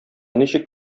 ничек